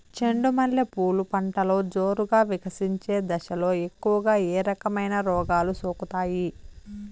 చెండు మల్లె పూలు పంటలో జోరుగా వికసించే దశలో ఎక్కువగా ఏ రకమైన రోగాలు సోకుతాయి?